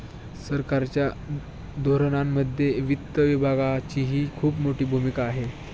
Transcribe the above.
सरकारच्या धोरणांमध्ये वित्त विभागाचीही खूप मोठी भूमिका आहे